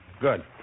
Good